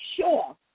sure